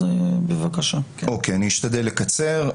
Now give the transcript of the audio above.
אני אשתדל לקצר.